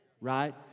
right